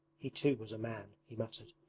he too was a man he muttered,